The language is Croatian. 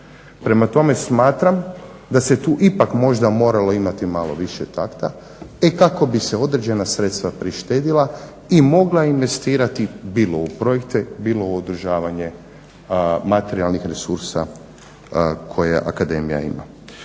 Prema tome, smatram da se tu ipak možda moralo imati malo više takta kako bi se određena sredstva prištedila i mogla investirati bilo u projekte, bilo u održavanje materijalnih resursa koje Akademija ima.